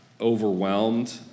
overwhelmed